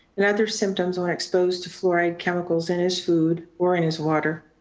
and other symptoms are exposed to fluoride chemicals in his food or in his water.